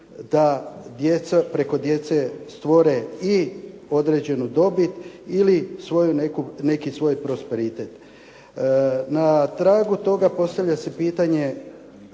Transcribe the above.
da preko djece stvore i određenu dobit ili neki svoj prosperitet. Na tragu toga postavlja se pitanje